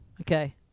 Okay